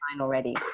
already